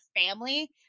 family